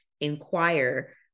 inquire